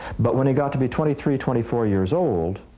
but when he got to be twenty three, twenty four years old,